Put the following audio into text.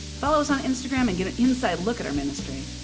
follow us on instagram and get an inside look at our ministry.